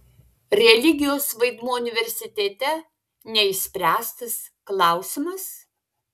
religijos vaidmuo universitete neišspręstas klausimas